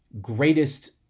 greatest